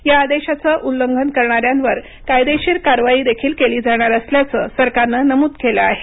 या आदेशांचं उल्लंघन करणाऱ्यांवर कायदेशीर कारवाई देखील केली जाणार असल्याचं सरकारनं नमूद केलं आहे